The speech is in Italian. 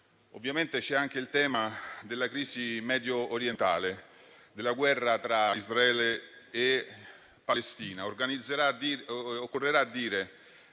Ovviamente, c'è anche il tema della crisi medio orientale, della guerra tra Israele e Palestina.